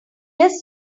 just